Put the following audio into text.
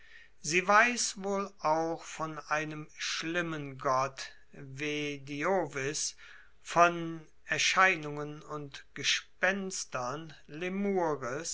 sie weiss wohl auch von einem schlimmen gott ve diovis von erscheinungen und gespenstern